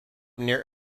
near